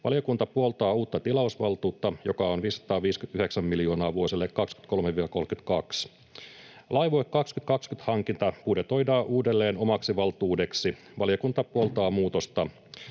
Valiokunta puoltaa uutta tilausvaltuutta, joka on 559 miljoonaa vuosille 23—32. Laivue 2020 ‑hankinta budjetoidaan uudelleen omaksi valtuudekseen. Valiokunta puoltaa muutosta.